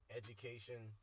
education